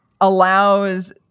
allows